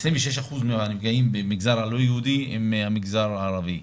26% מהנפגעים במגזר הלא יהודי הם המגזר הערבי.